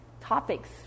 topics